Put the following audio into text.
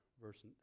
Verse